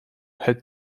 had